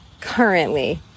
currently